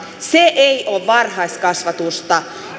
se ei ole varhaiskasvatusta